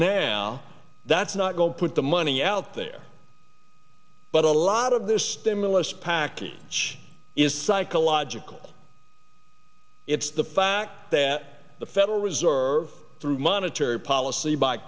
now that's not going to put the money out there but a lot of this stimulus package which is psychological it's the fact that the federal reserve through monetary policy by